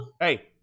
hey